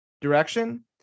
direction